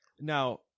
Now